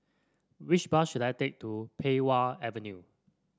which bus should I take to Pei Wah Avenue